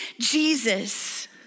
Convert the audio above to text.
Jesus